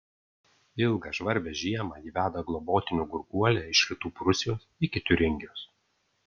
ilgą žvarbią žiemą ji veda globotinių gurguolę iš rytų prūsijos iki tiuringijos